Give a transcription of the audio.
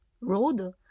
road